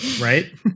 Right